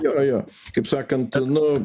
jo kaip sakant nu